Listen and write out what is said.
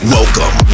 Welcome